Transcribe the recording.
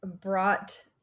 brought